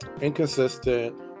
inconsistent